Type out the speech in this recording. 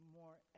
more